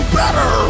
better